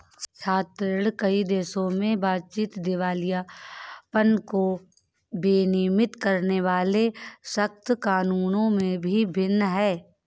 छात्र ऋण, कई देशों में बातचीत, दिवालियापन को विनियमित करने वाले सख्त कानूनों में भी भिन्न है